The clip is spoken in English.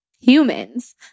humans